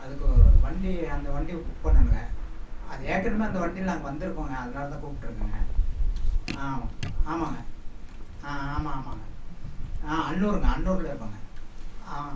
அதுக்கு ஒரு வண்டி அந்த வண்டி புக் பண்ணணுங்க அது ஏற்கணுமே அந்த வண்டியில் நாங்கள் வந்துருக்கோங்க அதனால் தான் கூப்பிட்ருக்கேங்க ஆ ஆமாம் ஆமாங்க ஆமாம் ஆமாங்க ஆ அல்னுருங்க அன்னூரில் இருக்கோங்க ஆ